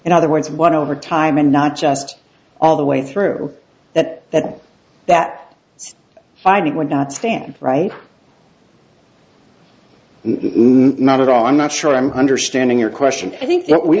in other words one over time and not just all the way through that that that finding would not stand right not at all i'm not sure i'm understanding your question i think that we